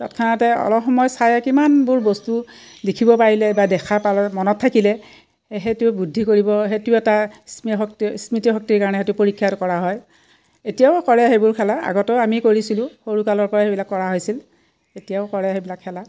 তৎক্ষণাতে অলপ সময় চায় কিমানবোৰ বস্তু দেখিব পাৰিলে বা দেখা পালে মনত থাকিলে সেই সেইটো বুদ্ধি কৰিব সেইটো এটা স্মৃশক্তি স্মৃতিশক্তিৰ কাৰণে সেইটো পৰীক্ষা কৰা হয় এতিয়াও কৰে সেইবোৰ খেলা আগতেও আমি কৰিছিলো সৰুকালৰ পৰাই সেইবিলাক কৰা হৈছিল এতিয়াও কৰে সেইবিলাক খেলা